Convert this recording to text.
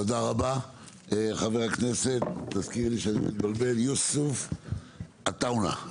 חבר הכנסת יוסף עטאונה.